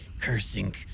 cursing